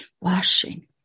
Washing